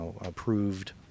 approved